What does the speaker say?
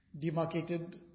demarcated